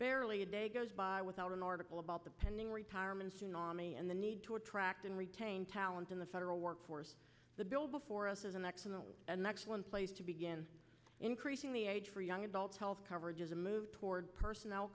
barely a day goes by without an article about the pending retirement tsunami and the need to attract and retain talent in the federal workforce the bill before us is an excellent place to begin increasing the age for young adults health coverage is a move toward personnel